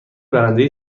برنده